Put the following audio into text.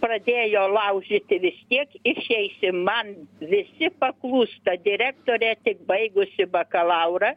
pradėjo laužyti vis tiek išeisi man visi paklūsta direktorė tik baigusi bakalaurą